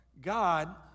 God